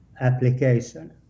application